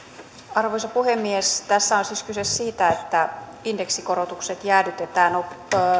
arvoisa puhemies tässä on siis kyse siitä että indeksikorotukset jäädytetään